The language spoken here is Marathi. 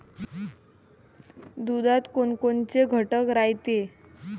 दुधात कोनकोनचे घटक रायते?